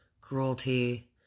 cruelty